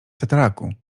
tataraku